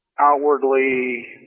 outwardly